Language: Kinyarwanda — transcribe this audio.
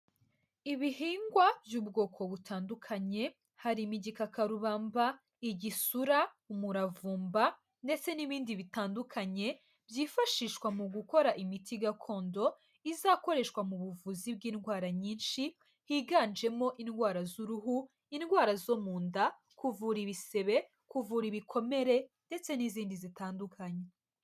Ibihingwa by'ubwoko butandukanye, harimo igikakarubamba, igisura, umuravumba ndetse n'ibindi bitandukanye, byifashishwa mu gukora imiti gakondo, izakoreshwa mu buvuzi bw'indwara nyinshi, higanjemo indwara z'uruhu, indwara zo mu nda, kuvura ibisebe, kuvura ibikomere ndetse n'izindi zitandukanye.